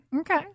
Okay